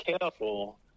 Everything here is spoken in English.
careful